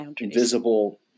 invisible